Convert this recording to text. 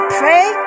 pray